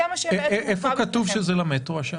איפה כתוב שהשאר מיועד למטרו?